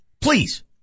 Please